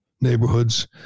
neighborhoods